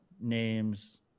Names